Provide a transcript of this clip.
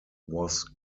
was